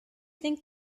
think